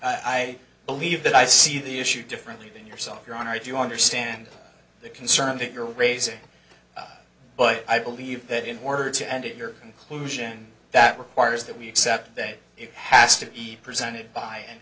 i believe that i see the issue differently than yourself your honor if you understand the concern that you're raising but i believe that in order to end it your conclusion that requires that we accept that it has to be presented by